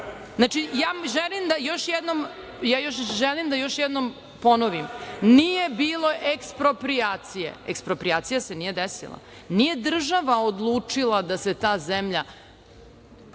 ja želim da još ponovim nije bilo eksproprijacije. Eksproprijacija se nije desila. Nije država odlučila da se ta zemlja